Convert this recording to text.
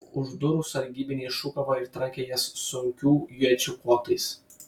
už durų sargybiniai šūkavo ir trankė jas sunkių iečių kotais